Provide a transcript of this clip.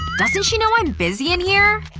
doesn't she know i'm busy in here?